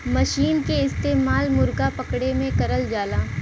मसीन के इस्तेमाल मुरगा पकड़े में करल जाला